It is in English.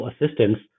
assistance